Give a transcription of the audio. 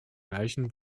reichen